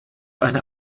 eine